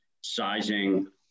sizing